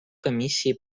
комиссии